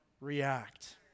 react